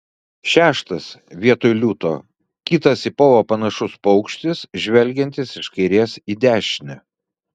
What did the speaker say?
šeštas vietoj liūto kitas į povą panašus paukštis žvelgiantis iš kairės į dešinę